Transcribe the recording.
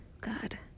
god